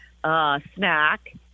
snack